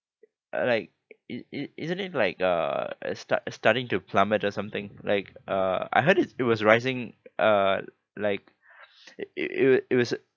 uh like it it isn't it like uh start starting to plummet or something like uh I heard it's it was rising uh like it was it was